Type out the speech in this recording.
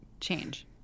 change